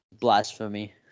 blasphemy